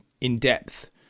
in-depth